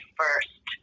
first